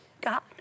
God